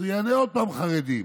אז הוא יענה עוד פעם: חרדים.